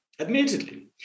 Admittedly